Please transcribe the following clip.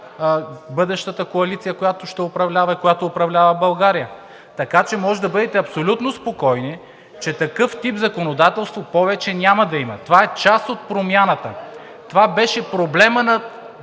бъдещата коалиция, която ще управлява и която управлява България. Може да бъдете абсолютно спокойни, че такъв тип законодателство повече няма да има. Това е част от промяната! (Шум и реплики от